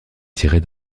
tirer